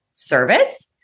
service